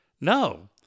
no